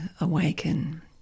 awaken